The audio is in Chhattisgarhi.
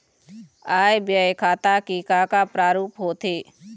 आय व्यय खाता के का का प्रारूप होथे?